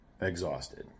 exhausted